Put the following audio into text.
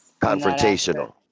Confrontational